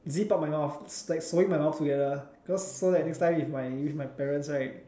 zip out my mouth like sewing my mouth together cause so that next time with my with my parents right